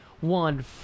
one